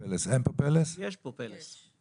יש פה פל"ס?